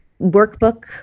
workbook